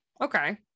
Okay